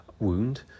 wound